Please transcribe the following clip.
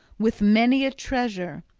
with many a treasure,